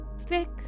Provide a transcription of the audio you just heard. Thick